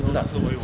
不知道